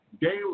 daily